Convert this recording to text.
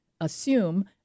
assume